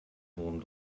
wurm